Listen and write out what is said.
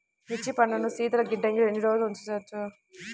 మిర్చి పంటను శీతల గిడ్డంగిలో ఎన్ని రోజులు ఉంచవచ్చు?